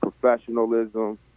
professionalism